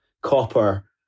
copper